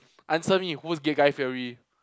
answer me who's gay guy-fieri